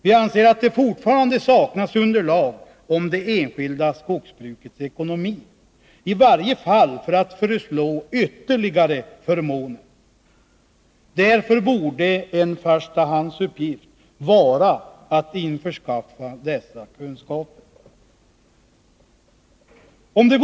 Vi anser att det fortfarande saknas underlag i form av kunskaper om det enskilda skogsbrukets ekonomi, i varje fall ett underlag som är tillräckligt för att föreslå ytterligare förmåner. Därför borde en förstahandsuppgift vara att skaffa dessa kunskaper.